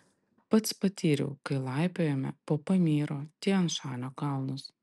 pats patyriau kai laipiojome po pamyro tian šanio kalnus